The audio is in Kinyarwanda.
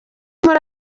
muri